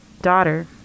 daughter